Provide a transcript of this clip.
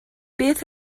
beth